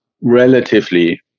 relatively